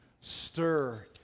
Stir